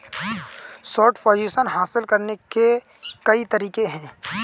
short position हासिल करने के कई तरीके हैं